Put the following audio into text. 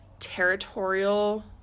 territorial